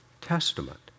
Testament